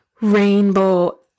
rainbow